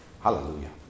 Hallelujah